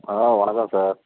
hello வணக்கம் sir